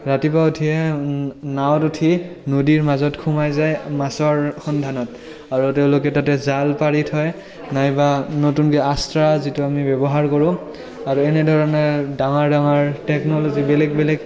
ৰাতিপুৱা উঠিয়ে নাৱত উঠি নদীৰ মাজত সোমাই যায় মাছৰ সন্ধানত আৰু তেওঁলোকে তাতে জাল পাৰি থয় নাইবা নতুনকৈ যিটো আমি ব্যৱহাৰ কৰোঁ আৰু এনেধৰণে ডাঙৰ ডাঙৰ টেকনলজি বেলেগ বেলেগ